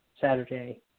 Saturday